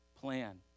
plan